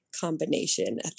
combination